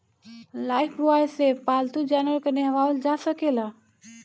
Lifebuoy से पाल्तू जानवर के नेहावल जा सकेला